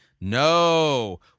No